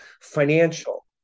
financial